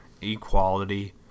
equality